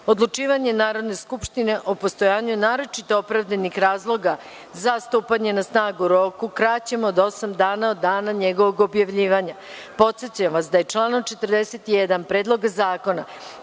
amandman. Odlučivanje Narodne skupštine o postajanju naročito opravdanih razloga za stupanje na snagu rok u kraćem od osam dana od dana njegovog objavljivanja. Podsećam vas da je članom 41. Predloga zakona